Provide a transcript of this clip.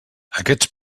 aquests